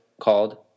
called